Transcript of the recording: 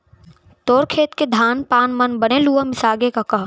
तोर खेत के धान पान मन बने लुवा मिसागे कका?